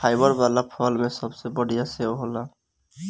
fibre वाला फल में सबसे बढ़िया सेव होला